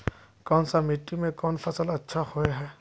कोन सा मिट्टी में कोन फसल अच्छा होय है?